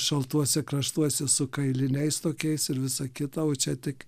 šaltuose kraštuose su kailiniais tokiais ir visa kita o čia tik